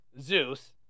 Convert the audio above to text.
Zeus